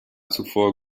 zuvor